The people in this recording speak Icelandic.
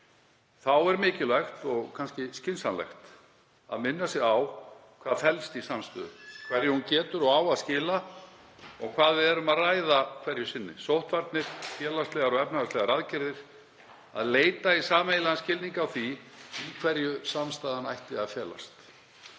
Þá er mikilvægt og kannski skynsamlegt að minna sig á hvað felst í samstöðu, hverju hún getur og á að skila og hvað er um að ræða hverju sinni, sóttvarnir, félagslegar og efnahagslegar aðgerðir, og leita í sameiginlegan skilning á því í hverju samstaðan ætti að felast.